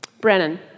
Brennan